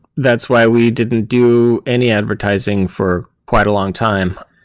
that's why we didn't do any advertising for quite a long time,